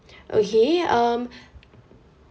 okay um